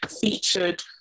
featured